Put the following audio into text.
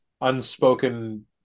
unspoken